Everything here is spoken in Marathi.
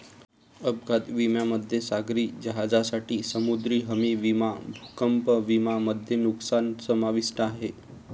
अपघात विम्यामध्ये सागरी जहाजांसाठी समुद्री हमी विमा भूकंप विमा मध्ये नुकसान समाविष्ट आहे